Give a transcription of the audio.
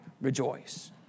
rejoice